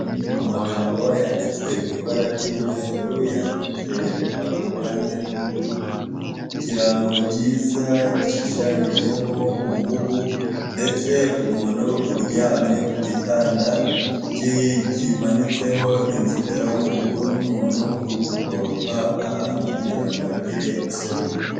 Amagambo yanditswe mu ibara ry'umweru, yanditse uruhande rw'ubururu, ikirango kiza gishushanyijeho umubu ndetse umuntu uryamye ku gitanda kimanitseho inzitiramubu n'umuntu uri gukoropa ahantu kugira ngo hagire isuku.